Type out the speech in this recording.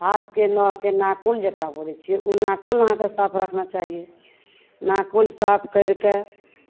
हाथके नऽहके नाखून जकरा बोलै छिए ओ नाखून अहाँके साफ रखना चाहिए नाखून साफ करिके